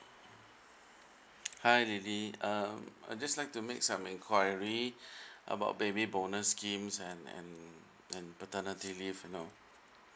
hi lily uh I just like to make some enquiry about baby bonus scheme and and and paternity leave you know